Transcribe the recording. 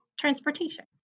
transportation